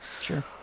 Sure